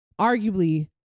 arguably